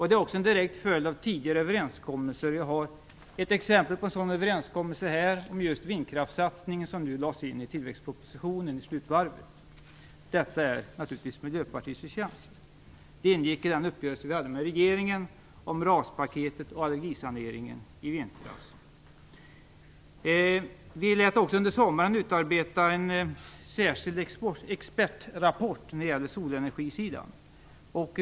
Det är också en direkt följd av tidigare överenskommelser. Jag har ett exempel på en sådan överenskommelse om just vindkraftssatsningen som nu lades in i tillväxtpropositionen i slutvarvet. Detta är naturligtvis Miljöpartiets förtjänst. Det ingick i den uppgörelse vi hade med regeringen om RAS-paketet och allergisaneringen i vintras. Vi lät också utarbeta en särskild expertrapport på solenergisidan under sommaren.